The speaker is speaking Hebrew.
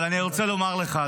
אבל אני רוצה לומר לך,